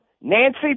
Nancy